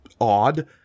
odd